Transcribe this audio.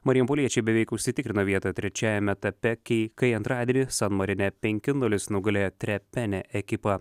marijampoliečiai beveik užsitikrino vietą trečiajame etape kai kai antradienį san marine penki nulis nugalėjo trepene ekipą